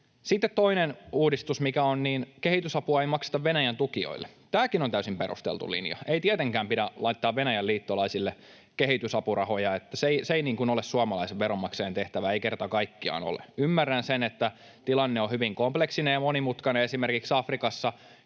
Sitten toinen uudistus, mikä on: kehitysapua ei makseta Venäjän tukijoille. Tämäkin on täysin perusteltu linja. Ei tietenkään pidä laittaa Venäjän liittolaisille kehitysapurahoja. Se ei ole suomalaisen veronmaksajan tehtävä, ei kerta kaikkiaan ole. Ymmärrän sen, että tilanne on hyvin kompleksinen ja monimutkainen esimerkiksi Afrikassa,